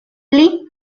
pli